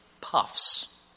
puffs